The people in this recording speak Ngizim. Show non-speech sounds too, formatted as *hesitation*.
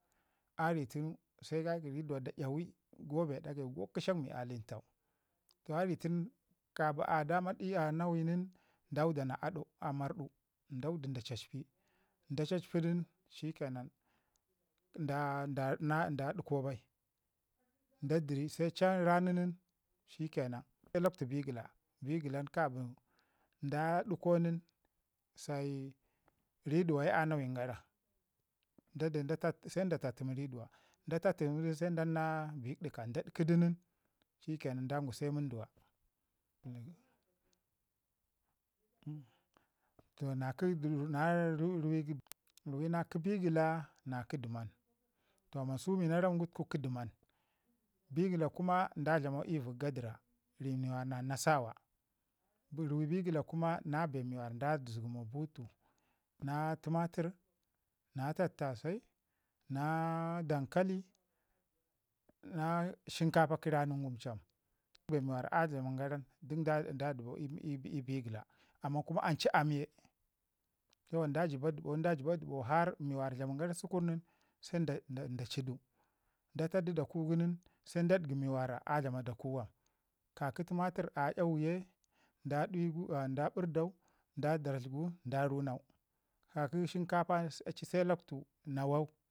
Ari tunu se ka ki riduwa da 'yawi go bee ɗagai ko gəshak mi aləntau, toh a ri tun kapin a dama ɗi a 'yawunin da wuda na aɗa marɗu, daudu nin da cacpi, da cacpi du nin shikke nan "da a da ɗikau" bai da dəriu se chan rani nin shikke nan se lukwtu bigila, bigilan kabin da ɗigau nin se na bi riduwa ke nawan gara dade da tat se da tatimi riduwa da tatimidun se dan bik ɗika da dikidu nin shikke nan don gwi se munduwa *hesitation* ruwi na kə bigik na kə dəman, to amman su mi na ramu tuku kə dəman. Bigila kuna da dlame vək gadira ri mi wara na nasawa ruwi bigila kuma na bee mi wara da zəgamau butu na timatər na tattase, na dankali na shinkafa kə rani ngum cham. Duk bee wara a dluman garan duk da dəbau ii ii bigila da amman kuma an ci aam ye toh da jibu dəɓau da jiba dəɓau mi wara dlamin gara sukur nin se da ci du. Da ta du da kuku nin se dangwi mi wara a dlama da ku wam, ka ki timatər a 'yawu ye da bərdau da daratigu da runau, ka kə shinkapa se lakwtu nawau.